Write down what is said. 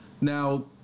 Now